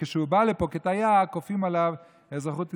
וכשהוא בא לפה כתייר, כופים עליו אזרחות ישראלית.